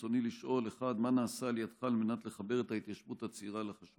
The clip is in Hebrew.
רצוני לשאול: 1. מה נעשה על ידך על מנת לחבר את ההתיישבות הצעירה לחשמל?